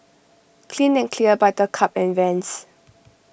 Clean and Clear Buttercup and Vans